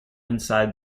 inside